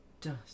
Dust